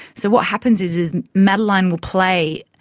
so what happens is madeleine will play,